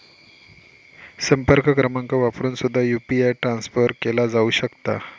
संपर्क क्रमांक वापरून सुद्धा यू.पी.आय ट्रान्सफर केला जाऊ शकता